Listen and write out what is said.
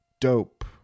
Dope